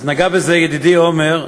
אז נגע בזה ידידי עמר,